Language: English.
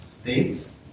states